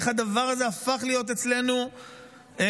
איך הדבר הזה הפך להיות, עוברים אצלנו לסדר-יום?